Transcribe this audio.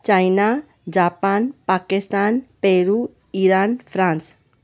China Japan Pakistan Peru Iran France